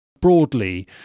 broadly